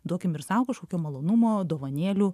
duokim ir sau kažkokio malonumo dovanėlių